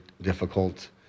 difficult